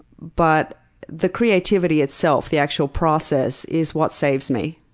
but the creativity itself, the actual process, is what saves me,